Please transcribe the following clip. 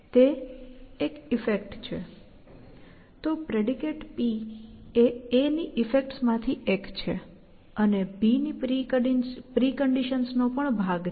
તો predicate P એ a ની ઈફેક્ટ્સ માં થી એક છે અને b ની પ્રિકન્ડિશન્સ નો પણ ભાગ છે